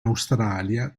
australia